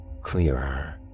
Clearer